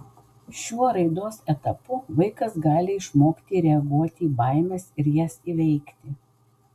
šiuo raidos etapu vaikas gali išmokti reaguoti į baimes ir jas įveikti